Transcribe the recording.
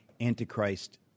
antichrist